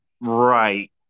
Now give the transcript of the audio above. right